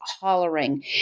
hollering